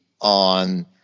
on